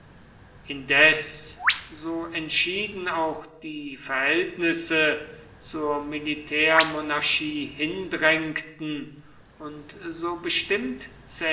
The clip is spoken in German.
indes so entschieden auch die verhältnisse zur militärmonarchie hindrängten und so bestimmt